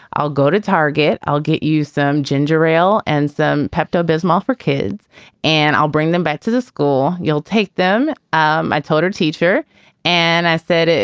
i'll go to target. i'll get you some ginger ale and some pepto-bismol for kids and i'll bring them back to the school. you'll take them. um i told her teacher and i said,